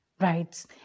right